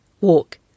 walk